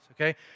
okay